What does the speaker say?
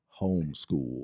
Homeschool